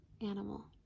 animal